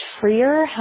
freer